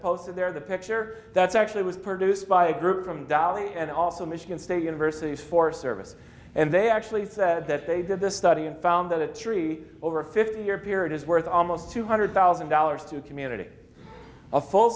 posted there the picture that's actually was produced by a group from dolly and also michigan state university's forest service and they actually said that they did this study and found that a tree over a fifty year period is worth almost two hundred thousand dollars to a community of full